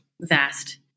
vast